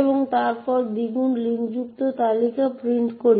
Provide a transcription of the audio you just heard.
এবং তারপরে দ্বিগুণ লিঙ্কযুক্ত তালিকা প্রিন্ট করি